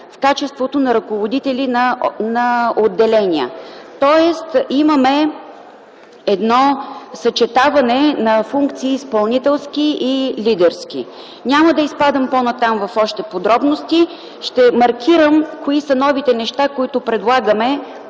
в качеството на ръководители на отделения. Тоест имаме едно съчетаване на изпълнителски и лидерски функции. Няма да изпадам в още подробности, ще маркирам кои са новите неща, които предлагаме